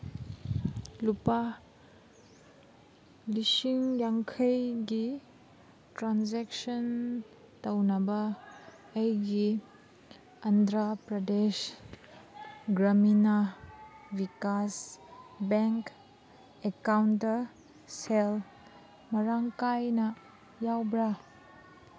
ꯂꯨꯄꯥ ꯂꯤꯁꯤꯡ ꯌꯥꯡꯈꯩꯒꯤ ꯇ꯭ꯔꯥꯟꯖꯦꯛꯁꯟ ꯇꯧꯅꯕ ꯑꯩꯒꯤ ꯑꯟꯗ꯭ꯔ ꯄ꯭ꯔꯗꯦꯁ ꯒ꯭ꯔꯃꯤꯅꯥ ꯕꯤꯀꯥꯁ ꯕꯦꯡ ꯑꯦꯀꯥꯎꯟꯇ ꯁꯦꯜ ꯃꯔꯥꯡ ꯀꯥꯏꯅ ꯌꯥꯎꯕ꯭ꯔꯥ